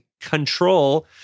control